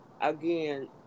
again